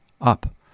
Up